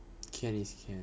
can is can